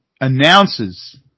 announces